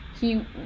he-